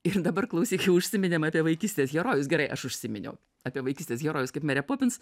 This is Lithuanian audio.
ir dabar klausyk jau užsiminėm apie vaikystės herojus gerai aš užsiminiau apie vaikystės herojus kaip merė popins